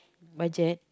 budget